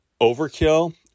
overkill